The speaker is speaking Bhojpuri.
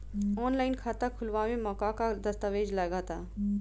आनलाइन खाता खूलावे म का का दस्तावेज लगा ता?